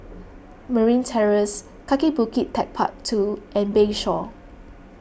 Marine Terrace Kaki Bukit Techpark two and Bayshore